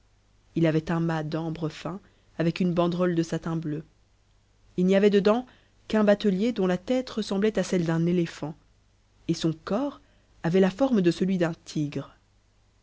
h avait un mât d'ambre fin avec une banderole de satin bteu il n'y avait dedans qu'un batelier dont la tête ressemblait à cehe d'nnétéphant et sou corps avait la forme de celui d'uu tigre